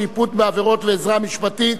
שיפוט בעבירות ועזרה משפטית),